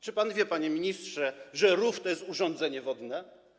Czy pan wie, panie ministrze, że rów to jest urządzenie wodne?